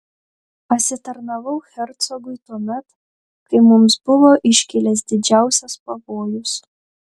pasitarnavau hercogui tuomet kai mums buvo iškilęs didžiausias pavojus